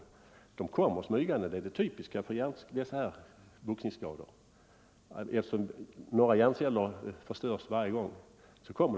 Några hjärnceller förstörs varje gång, och så kommer skadan smygande — det är det typiska för boxningsskador.